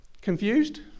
Confused